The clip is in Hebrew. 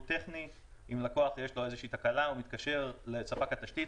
טכני כאשר אם ללקוח יש איזושהי תקלה הוא מתקשר לספק התשתית,